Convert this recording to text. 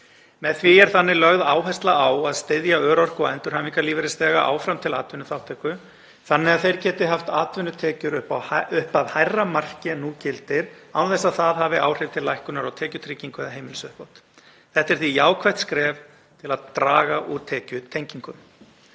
Með því er þannig lögð áhersla á að styðja örorku- og endurhæfingarlífeyrisþega áfram til atvinnuþátttöku þannig að þeir geti haft atvinnutekjur upp að hærra marki en nú gildir án þess að það hafi áhrif til lækkunar á tekjutryggingu eða heimilisuppbót. Þetta er því jákvætt skref til að draga úr tekjutengingum.